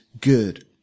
good